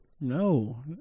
No